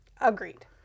agreed